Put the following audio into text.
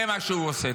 זה מה שהוא עושה.